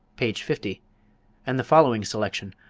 page fifty and the following selection,